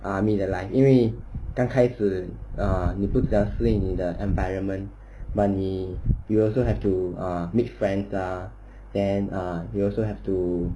army 的 life 因为刚开始 ah 你不只是要为你的 environment but 你 you also have to make friend ah then err you also have to